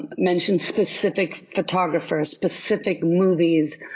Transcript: mentioned specific photographers, specific, movies